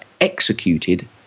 executed